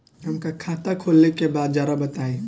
हमका खाता खोले के बा जरा बताई?